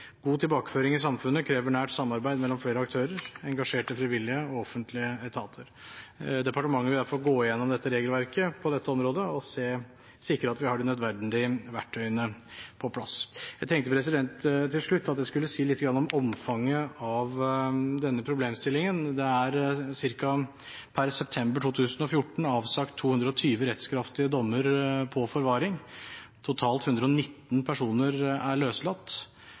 God tilbakeføring i samfunnet krever nært samarbeid mellom flere aktører, engasjerte frivillige og offentlige etater. Departementet vil derfor gå gjennom regelverket på dette området og sikre at vi har de nødvendige verktøyene på plass. Til slutt tenkte jeg at jeg skulle si litt om omfanget av denne problemstillingen. Det er per september 2014 avsagt 220 rettskraftige dommer på forvaring. Totalt er 119 personer løslatt. Det er 76 som er løslatt